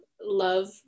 love